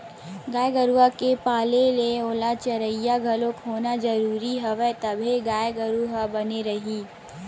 गाय गरुवा के पाले ले ओला चरइया घलोक होना जरुरी हवय तभे गाय गरु ह बने रइही